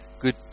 good